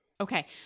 Okay